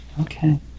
Okay